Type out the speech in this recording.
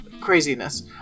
craziness